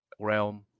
realm